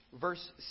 verse